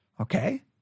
Okay